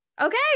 Okay